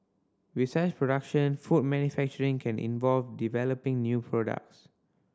besides production food manufacturing can involve developing new products